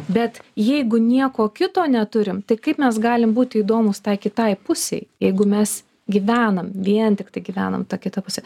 bet jeigu nieko kito neturim tai kaip mes galim būti įdomūs tai kitai pusei jeigu mes gyvenam vien tiktai gyvenam ta kita puse